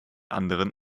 anderen